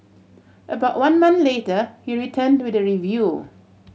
about one month later he return to the review